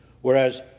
whereas